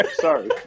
sorry